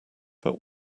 but